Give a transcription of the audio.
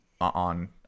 on